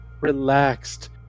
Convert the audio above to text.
relaxed